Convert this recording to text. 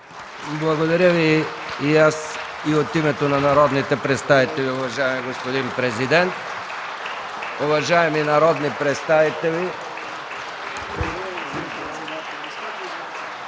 Благодаря Ви и аз и от името на народните представители, уважаеми господин Президент. Уважаеми народни представители,